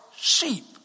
Sheep